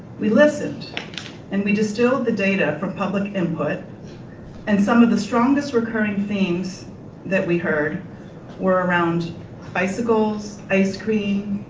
we listened and we distilled the data from public input and some of the strongest recurring themes that we heard were around bicycles, ice cream,